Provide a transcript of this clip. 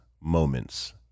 moments